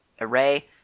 array